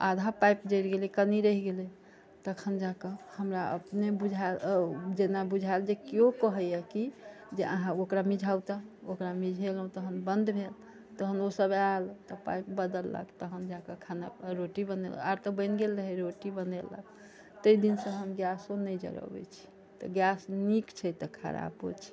आधा पाइप जरि गेलै कनिक रहि गेलै तखन जाकऽ हमरा अपने बुझाइल जेना बुझाइल जे केओ कहैयै कि जे अहाँ ओकरा मिझाऊ तऽ ओकरा मिझेलहुॅं तब ओ बन्द भेल तखन ओसभ आयल तऽ पाइप बदललक तखन जाकऽ खाना रोटी बनेलक आर तऽ बनि गेल रहै रोटी बनेलक ताहि दिनसँ हम गैसो नहि जरैबे छी तऽ गैस नीक छै तऽ खरापो छै